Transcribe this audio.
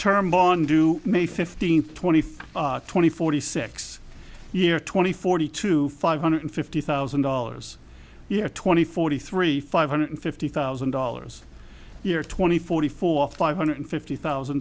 term bond do may fifteenth twenty five twenty forty six year twenty forty two five hundred fifty thousand dollars year twenty forty three five hundred fifty thousand dollars year twenty forty four five hundred fifty thousand